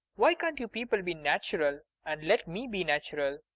why can't you people be natural and let me be natural?